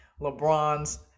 LeBron's